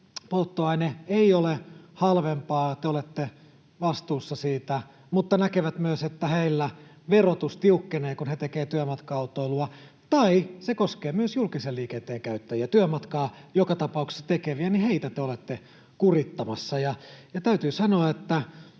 polttoaine ei ole halvempaa, niin te olette vastuussa siitä, mutta he näkevät myös, että heillä verotus tiukkenee, kun he tekevät työmatka-autoilua, ja se koskee myös julkisen liikenteen käyttäjiä. Joka tapauksessa työmatkaa tekeviä te olette kurittamassa. Täytyy sanoa, että